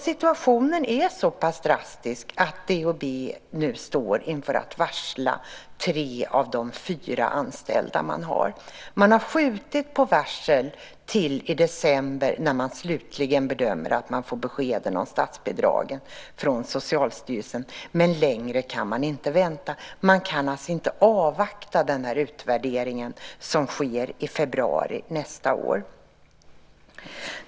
Situation är så pass drastisk att DHB nu står inför att varsla tre av de fyra anställda man har. Man har skjutit på varsel till i december när man bedömer att man slutligen får beskeden om statsbidragen från Socialstyrelsen. Men längre kan man inte vänta. Man kan alltså inte avvakta den utvärdering som sker i februari nästa år.